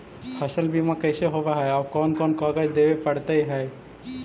फसल बिमा कैसे होब है और कोन कोन कागज देबे पड़तै है?